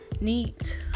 neat